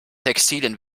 textilien